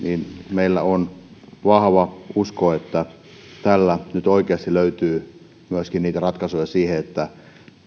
meillä on vahva usko että tällä nyt oikeasti löytyy myöskin niitä ratkaisuja siihen että